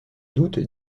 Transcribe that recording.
doute